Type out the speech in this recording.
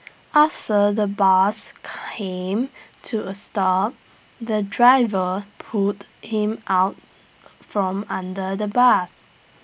after the bus came to A stop the driver pulled him out from under the bus